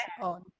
on